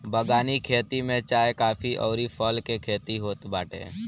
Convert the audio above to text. बगानी खेती में चाय, काफी अउरी फल के खेती होत बाटे